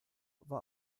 war